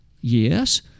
Yes